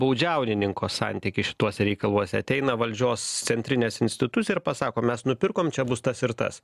baudžiaunininko santykis šituose reikaluose ateina valdžios centrinės institucija ir pasako mes nupirkom čia bus tas ir tas